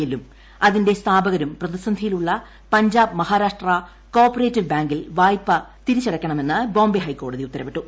എല്ലും അതിന്റെ സ്ഥാപകരും പ്രതിസന്ധിയിലുള്ള പഞ്ചാബ് മഹാരാഷ്ട്ര കോ ഓപ്പറേറ്റീവ് ബാങ്കിൽ വായ്പ തിരിച്ചടയ്ക്കണമെന്ന് ബോംബെ ഹൈക്കോടതി ഉത്തരവിട്ടു